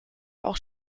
auch